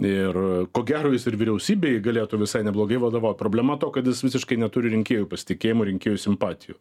ir ko gero jis ir vyriausybei galėtų visai neblogai vadavaut problema to kad jis visiškai neturi rinkėjų pasitikėjimo rinkėjų simpatijų